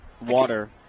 water